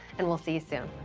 and we'll see you soon.